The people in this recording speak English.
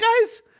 guys